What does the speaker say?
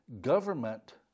government